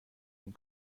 این